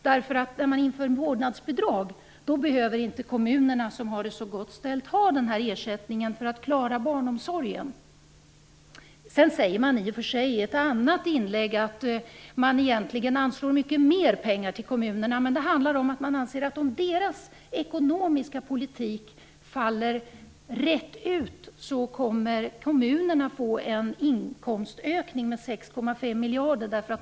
När man inför vårdnadsbidrag behöver ju inte kommunerna ha denna ersättning för att klara barnomsorgen. Sedan säger man i och för sig i ett annat inlägg att man egentligen anslår mycket mer pengar till kommunerna. Men man anser att kommunerna, om deras ekonomiska politik faller rätt ut, kommer att få en inkomstökning med 6,5 miljarder.